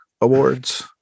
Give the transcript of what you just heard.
awards